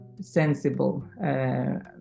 sensible